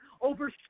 over